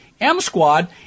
M-Squad